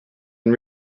and